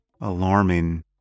alarming